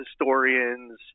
historians